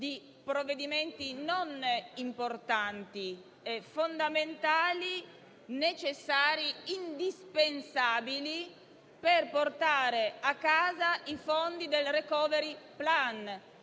di provvedimenti non solo importanti, ma fondamentali, necessari ed indispensabili per portare a casa i fondi del *recovery plan*.